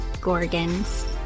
gorgons